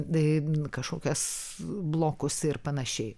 ėm kažkokius blokus ir panašiai